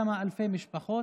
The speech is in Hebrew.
כמה אלפי משפחות,